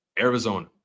Arizona